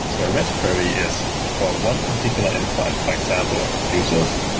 so a rest query is for one particular endpoint, for example, users,